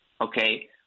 okay